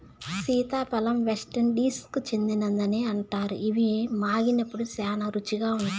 సీతాఫలం వెస్టిండీస్కు చెందినదని అంటారు, ఇవి మాగినప్పుడు శ్యానా రుచిగా ఉంటాయి